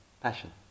passion